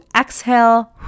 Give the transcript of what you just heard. exhale